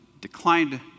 declined